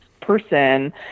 person